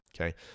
okay